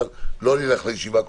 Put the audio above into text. אבל לא נלך לישיבה הקודמת,